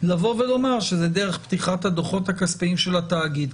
לבוא ולומר שזה דרך פתיחת הדוחות הכספיים של התאגיד?